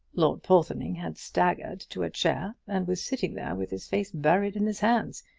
lord porthoning had staggered to a chair and was sitting there with his face buried in his hands.